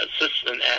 assistant